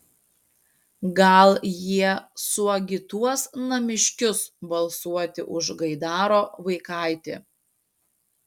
gal jie suagituos namiškius balsuoti už gaidaro vaikaitį